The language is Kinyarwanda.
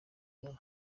muller